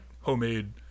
homemade